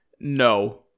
No